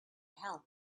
help